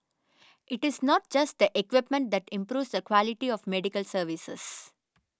it is not just the equipment that improves the quality of medical services